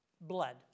blood